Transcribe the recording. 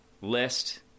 list